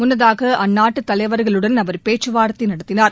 முன்னதாக அந்நாட்டு தலைவர்களுடன் அவர் பேச்சுவார்த்தை நடத்தினார்